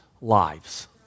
lives